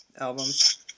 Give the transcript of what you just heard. albums